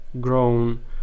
grown